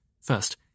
First